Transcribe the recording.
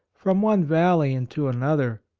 from one valley into another,